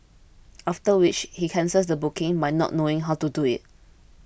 after which he cancels the booking by not knowing how to do it